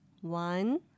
One